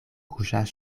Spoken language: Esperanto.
kuŝas